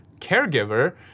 caregiver